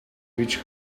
which